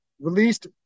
released